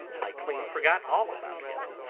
i clean forgot all about him.